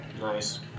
Nice